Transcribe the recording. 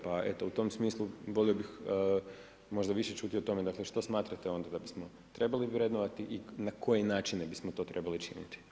Pa eto, u tom smislu, volio bih možda više čuti o tome, dakle, što smatrate onda da bismo trebali vrednovati i na koje načine bismo to trebali učiniti.